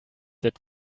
that